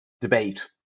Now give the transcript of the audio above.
debate